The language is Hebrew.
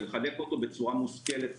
ולחלק אותו בצורה מושכלת,